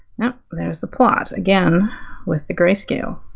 now there's the plot again with the grayscale.